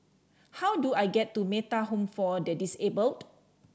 how do I get to Metta Home for the Disabled